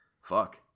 Fuck